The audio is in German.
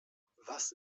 was